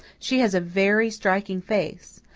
she has a very striking face.